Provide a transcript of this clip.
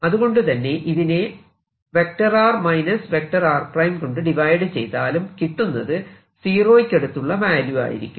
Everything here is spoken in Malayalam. അതുകൊണ്ടു തന്നെ ഇതിനെ r r കൊണ്ട് ഡിവൈഡ് ചെയ്താലും കിട്ടുന്നത് സീറോയ്ക്ക് അടുത്തുള്ള വാല്യൂ ആയിരിക്കും